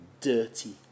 dirty